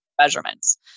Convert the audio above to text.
measurements